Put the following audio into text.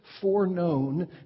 foreknown